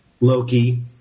Loki